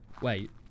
Wait